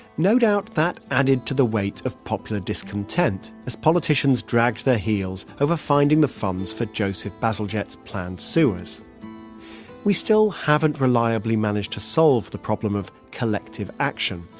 no doubt that added to the weight of popular discontent as politicians dragged their heels over finding the funds for joseph bazalgette's planned sewers we still haven't reliably managed to solve the problem of collective action,